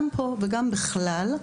גם פה וגם בכלל,